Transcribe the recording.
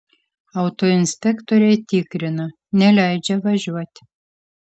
autoinspektoriai tikrina neleidžia važiuot